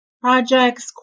projects